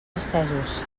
estesos